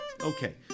Okay